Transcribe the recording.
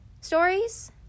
stories